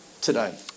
today